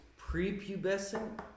prepubescent